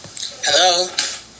hello